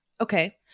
Okay